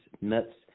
nuts